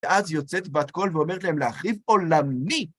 ואז יוצאת בת קול ואומרת להם להחריב עולמי.